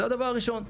זה הדבר הראשון.